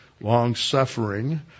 long-suffering